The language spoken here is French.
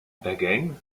bergen